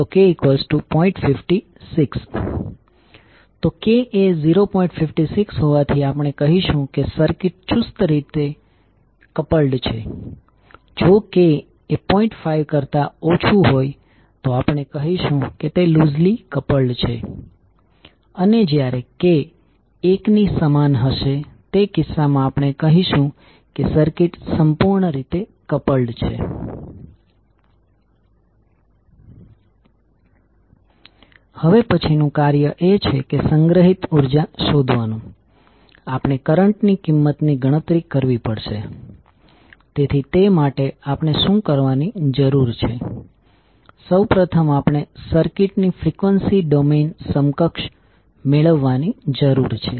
હવે Mdidt માટે યોગ્ય પોલારીટીની પસંદગી કોઇલના ઓરિએંટેશન ની તપાસ કરીને બનાવવામાં આવે છે જેનો અર્થ એ થાય છે કે બંને કોઇલ ફિઝીકલ રીતે બાઉન્ડ છે અને પછી મ્યુચ્યુઅલ વોલ્ટેજ માટે યોગ્ય પોલારીટી શોધવા માટે લેન્ઝ ના નિયમ Lenzs law નો ઉપયોગ જમણા હાથના નિયમ સાથે કરવામાં આવે છે